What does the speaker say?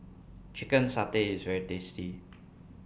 Chicken Satay IS very tasty